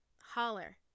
holler